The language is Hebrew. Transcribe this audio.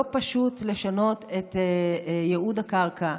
לא פשוט לשנות את ייעוד הקרקע,